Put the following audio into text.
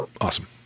Awesome